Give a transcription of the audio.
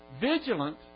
vigilant